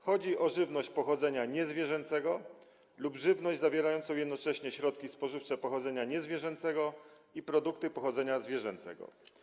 Chodzi o żywność pochodzenia niezwierzęcego lub żywność zawierającą jednocześnie środki spożywcze pochodzenia niezwierzęcego i produkty pochodzenia zwierzęcego.